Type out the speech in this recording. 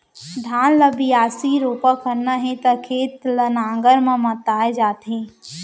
धान ल बियासी, रोपा करना हे त खेत ल नांगर म मताए जाथे